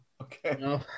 Okay